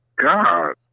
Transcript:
god